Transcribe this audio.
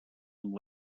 amb